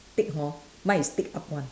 tick hor mine is tick up one